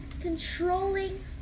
controlling